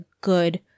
good